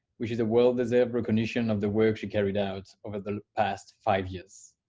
which is a well-deserved recognition of the work she carried out over the past five years.